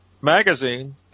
magazine